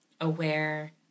aware